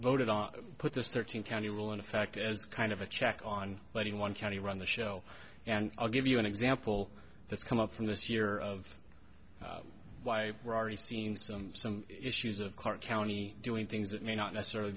voted on to put this thirteen county will in effect as kind of a check on letting one county run the show and i'll give you an example that's come up from this year of why we're already seeing some some issues of clark county doing things that may not necessarily